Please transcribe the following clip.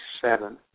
seven